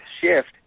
shift